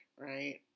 right